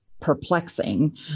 perplexing